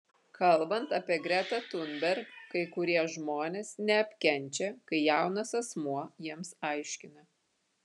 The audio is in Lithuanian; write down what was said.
kalbant apie gretą thunberg kai kurie žmonės neapkenčia kai jaunas asmuo jiems aiškina